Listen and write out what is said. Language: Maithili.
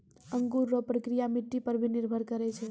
अंकुर रो प्रक्रिया मट्टी पर भी निर्भर करै छै